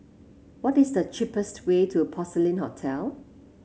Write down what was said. what is the cheapest way to Porcelain Hotel